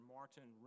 Martin